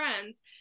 friends